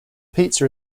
pizza